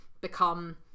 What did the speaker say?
become